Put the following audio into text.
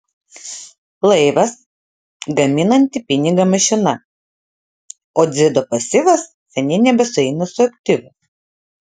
laivas gaminanti pinigą mašina o dzido pasyvas seniai nebesueina su aktyvu